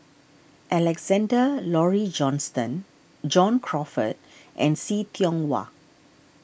Alexander Laurie Johnston John Crawfurd and See Tiong Wah